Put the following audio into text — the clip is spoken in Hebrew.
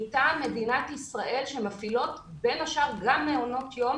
מטעם מדינת ישראל שמפעילות בין השאר גם מעונות יום